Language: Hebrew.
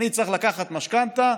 אני צריך לקחת משכנתה.